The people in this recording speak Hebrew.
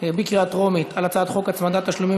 בקריאה טרומית על הצעת חוק הצמדת תשלומים